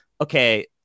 okay